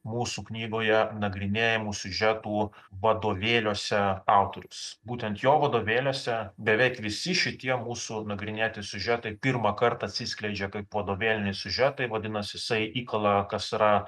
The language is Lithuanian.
mūsų knygoje nagrinėjamų siužetų vadovėliuose autorius būtent jo vadovėliuose beveik visi šitie mūsų nagrinėti siužetai pirmąkart atsiskleidžia kaip vadovėliniai siužetai vadinas jisai įkala kas yra